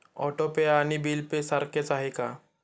Auto pay आणि bill pay सारखेच आहे का?